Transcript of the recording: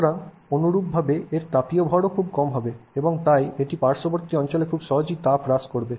সুতরাং অনুরূপভাবে এর তাপীয় ভরও খুব কম হবে এবং তাই এটি পার্শ্ববর্তী অঞ্চলে খুব সহজেই তাপ হ্রাস করবে